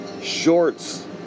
shorts